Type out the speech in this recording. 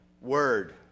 Word